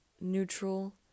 neutral